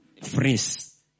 Phrase